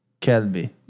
Kelby